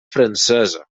francesa